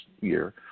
year